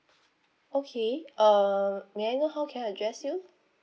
okay uh may I know how can I address you